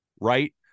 right